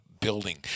building